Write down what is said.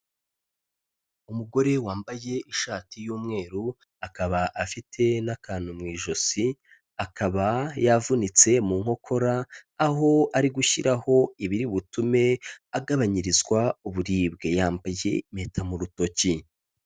Umugore wambaye ishati y'umweru, akaba afite n'akantu mu ijosi, akaba yavunitse mu nkokora, aho ari gushyiraho ibiri butume agabanyirizwa uburibwe, yambaye impeta mu rutoki.